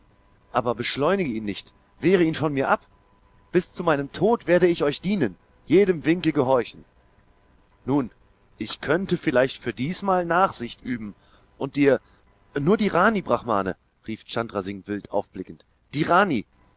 aber beschleunige ihn nicht wehre ihn von mir ab bis zu meinem tod werde ich euch dienen jedem winke gehorchen nun ich könnte vielleicht für diesmal nachsicht üben und dir nur die rani brahmane rief chandra singh wild aufblickend die rani